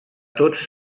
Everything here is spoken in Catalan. tots